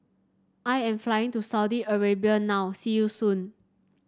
I am flying to Saudi Arabia now see you soon